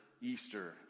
Easter